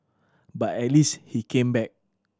but at least he came back